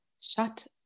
Shut